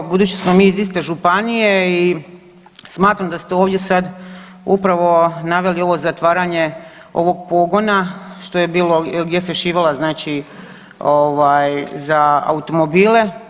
Evo budući da smo mi iz iste županije i smatram da ste ovdje sad upravo naveli ovo zatvaranje ovog pogona što je bilo, gdje se šivalo za automobile.